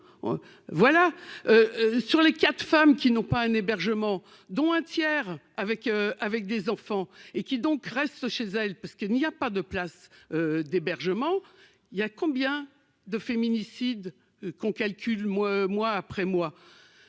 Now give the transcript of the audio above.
voilà, sur les quatre femmes qui n'ont pas un hébergement dont un tiers avec avec des enfants et qui donc reste chez elle, parce qu'il n'y a pas de places d'hébergement, il y a combien de féminicides qu'on calcule moins, mois